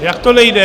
Jak to nejde?